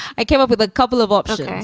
i came up with a couple of options.